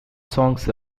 songs